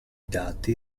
dati